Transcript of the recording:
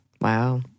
Wow